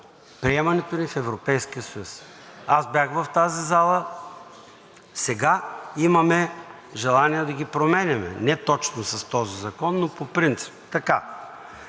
приемането ни в Европейския съюз. Аз бях в тази зала. Сега имаме желание да ги променяме, не точно с този закон, но по принцип – така.